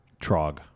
Trog